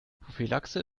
prophylaxe